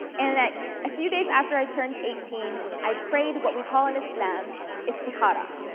and a few days after i turned eighteen, i prayed what we call in islam istikhara,